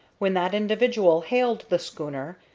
when that individual hailed the schooner,